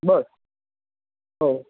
बर हो